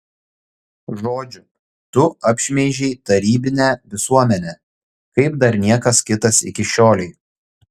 žodžiu tu apšmeižei tarybinę visuomenę kaip dar niekas kitas iki šiolei